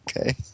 Okay